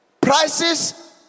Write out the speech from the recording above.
Prices